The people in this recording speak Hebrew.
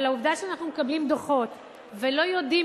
אבל העובדה שאנחנו מקבלים דוחות ולא יודעים